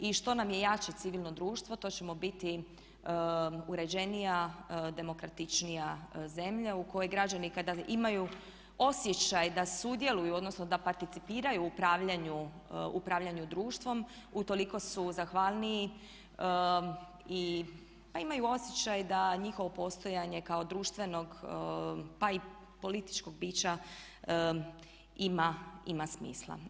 I što nam je jače civilno društvo to ćemo biti uređenija, demokratičnija zemlja u kojoj građani kada imaju osjećaj da sudjeluju, odnosno da participiraju u upravljanju društvom utoliko su zahvalniji i imaju osjećaj da njihovo postojanje kao društvenog pa i političkog bića ima smisla.